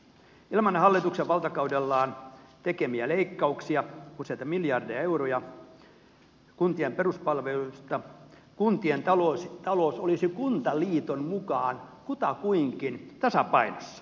ilman hallituksen valtakaudellaan tekemiä leikkauksia useita miljardeja euroja kuntien peruspalveluista kuntien talous olisi kuntaliiton mukaan kutakuinkin tasapainossa